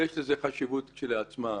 - כך טבעו של עולם,